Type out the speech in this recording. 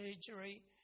surgery